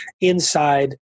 inside